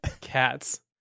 Cats